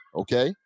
okay